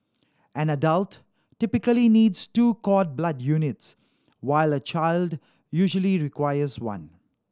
an adult typically needs two cord blood units while a child usually requires one